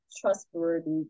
trustworthy